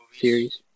series